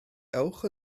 ewch